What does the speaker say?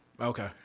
Okay